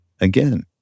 again